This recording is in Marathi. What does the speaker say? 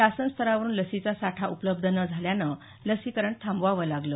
शासनस्तरावरून लसीचा साठा उपलब्ध न झाल्यानं लसीकरण थांबवावं लागलं